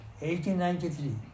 1893